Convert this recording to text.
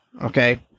Okay